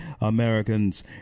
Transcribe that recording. Americans